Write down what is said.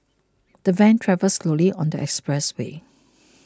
the van travelled slowly on the expressway